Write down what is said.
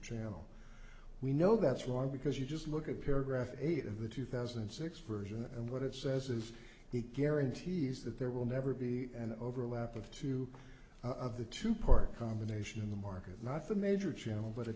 channel we know that's wrong because you just look at paragraph eight of the two thousand and six version and what it says is it guarantees that there will never be an overlap of two of the two part combination in the market not the major channel but a